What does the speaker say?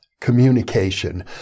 Communication